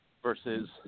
Versus